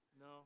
No